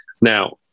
now